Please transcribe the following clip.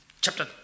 chapter